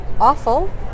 awful